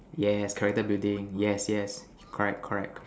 yes character building yes yes correct correct